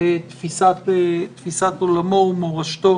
תפיסת עולמו ומורשתו